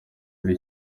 muri